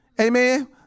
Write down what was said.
Amen